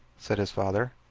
said his father.